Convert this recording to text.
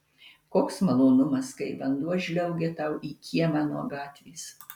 koks malonumas kai vanduo žliaugia tau į kiemą nuo gatvės